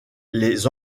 les